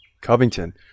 covington